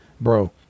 bro